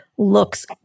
Looks